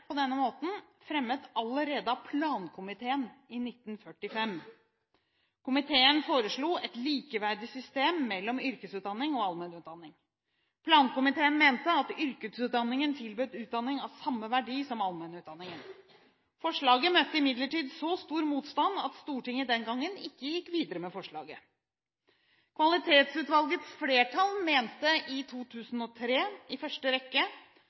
på denne måten fremmet allerede av Plankomiteen i 1945. Komiteen foreslo et likeverdig system mellom yrkesutdanning og allmennutdanning. Plankomiteen mente at yrkesutdanningen tilbød utdanning av samme verdi som allmennutdanningen. Forslaget møtte imidlertid så stor motstand at Stortinget den gangen ikke gikk videre med forslaget. Kvalitetsutvalgets flertall mente i 2003 i første rekke